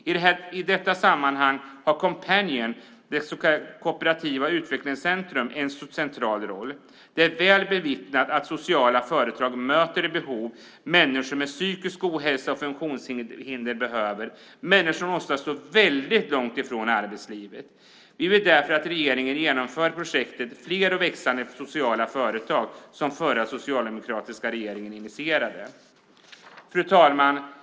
I detta sammanhang har Coompanion, kooperativa utvecklingscentrum, en central roll. Det är väl omvittnat att sociala företag möter de behov som människor med psykisk ohälsa och funktionshinder har, människor som ofta står väldigt långt ifrån arbetslivet. Vi vill därför att regeringen genomför projektet Fler och växande sociala företag, som den förra, socialdemokratiska regeringen initierade. Fru talman!